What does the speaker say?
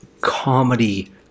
comedy